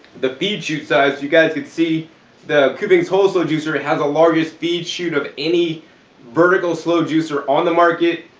the feed chute size. you guys can see the kuvings whole slow so juicer and has the longest feed chute of any vertical slow juicer on the market.